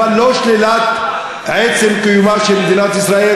אבל לא שלילת עצם קיומה של מדינת ישראל,